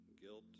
guilt